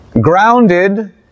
grounded